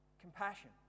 Compassion